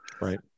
Right